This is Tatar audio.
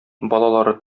балалары